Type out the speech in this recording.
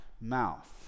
mouth